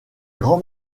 grand